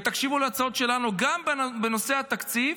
ותקשיבו להצעות שלנו גם בנושא התקציב,